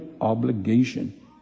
obligation